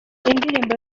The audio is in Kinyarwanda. indirimbo